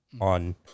on